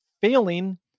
failing